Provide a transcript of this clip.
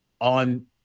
on